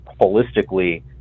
holistically